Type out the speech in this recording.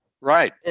Right